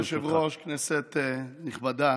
אדוני היושב-ראש, כנסת נכבדה,